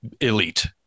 elite